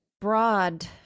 broad